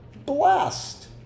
Blessed